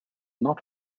not